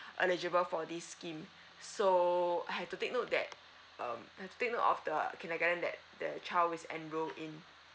eligible for this scheme so I have to take note that um you have to take note of the kindergarten that the child is enroll in